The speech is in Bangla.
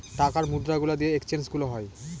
টাকার মুদ্রা গুলা দিয়ে এক্সচেঞ্জ গুলো হয়